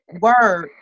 word